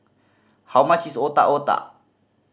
how much is Otak Otak